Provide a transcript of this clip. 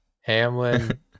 Hamlin